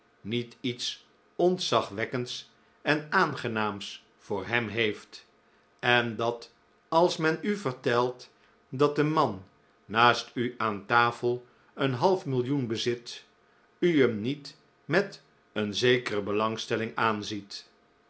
niet iets ontzagwekkends en aangenaams voor hem heeft en dat als men u vertelt dat de man naast u aan tafel een half millioen bezit u hem niet met een zekere belangstelling aanziet